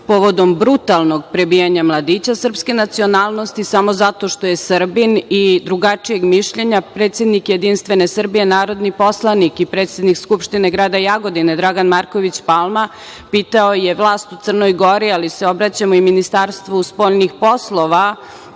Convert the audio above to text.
Povodom brutalnog prebijanja mladića srpske nacionalnosti samo zato što je Srbin i drugačijeg mišljenja, predsednik JS, narodni poslanik i predsednik Skupštine grada Jagodine, Dragan Marković Palma, pitao je vlast u Crnoj Gori, ali se obraćamo i Ministarstvu spoljnih poslova